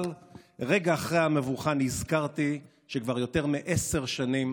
אבל רגע אחרי המבוכה נזכרתי שכבר יותר מעשר שנים